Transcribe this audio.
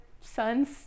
son's